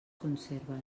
conserves